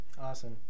Awesome